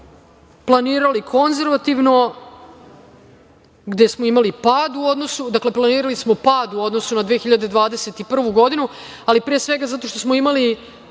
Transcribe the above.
planirali konzervativno, gde smo imali pad. Planirali smo pad u odnosu na 2021. godinu, ali pre svega zato što smo imali